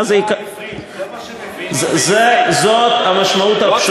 זה מה שמבין, זאת המשמעות הפשוטה.